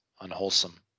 unwholesome